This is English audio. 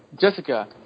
Jessica